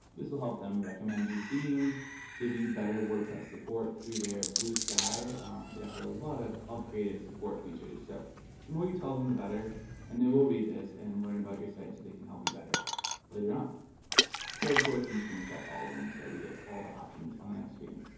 this will help them recommend you themes give you you better wordpress support through their blue sky they're after a lot of upgraded support features so the more you tell them the better and they will read this and learn about your site so they can help you better later on so of course, i'm just gonna check all of them. so we get all the options on the next screen